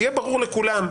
שיהיה ברור לכולם.